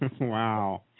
Wow